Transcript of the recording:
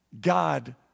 God